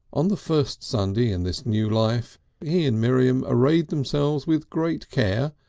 um the first sunday in this new life he and miriam arrayed themselves with great care,